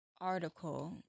article